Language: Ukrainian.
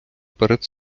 перед